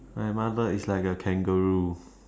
my mother is like a kangaroo